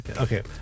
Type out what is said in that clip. Okay